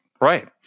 right